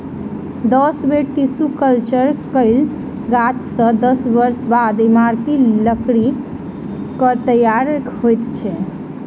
दस बेर tissue culture कयल गाछ सॅ दस वर्ष बाद इमारती लकड़ीक तैयार होइत अछि